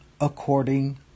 according